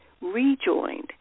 rejoined